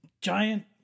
giant